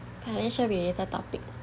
financial related topic